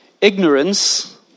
Ignorance